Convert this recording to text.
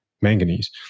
manganese